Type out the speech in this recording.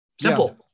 Simple